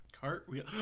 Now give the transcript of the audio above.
Cartwheel